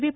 V